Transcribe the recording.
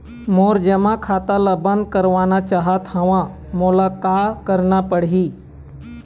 मोर जमा खाता ला बंद करवाना चाहत हव मोला का करना पड़ही?